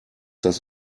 das